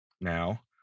now